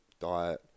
diet